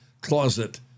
closet